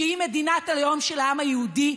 שהיא מדינת הלאום של העם היהודי,